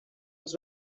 els